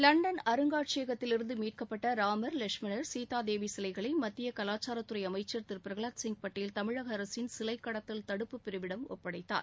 London அருங்காட்சியகத்திலிருந்து மீட்கப்பட்ட ராமர் லட்சுமணர் சீதாதேவி சிலைகளை மத்திய கலாச்சாரத்துறை அமைச்சர் திரு பிரகலாத் சிங் பட்டேல் தமிழக அரசின் சிலை கடத்தல் தடுப்புப் பிரிவிடம் ஒப்படைத்தார்